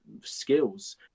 skills